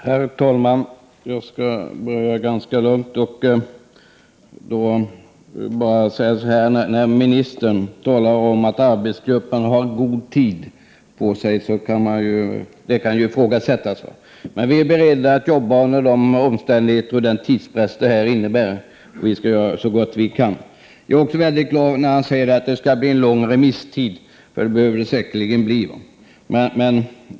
Herr talman! Ministern talar om att arbetsgruppen har god tid på sig. Det kan ifrågasättas. Men vi är beredda att jobba under de omständigheter och den tidspress detta innebär, och vi skall göra så gott vi kan. Jag blev också glad när jordbruksministern sade att det skulle bli en lång remisstid. Det behövs säkerligen.